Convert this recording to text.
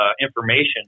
information